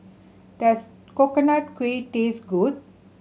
does Coconut Kuih taste good